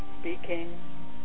speaking